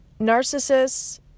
narcissists